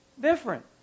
different